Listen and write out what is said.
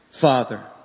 Father